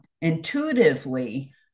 intuitively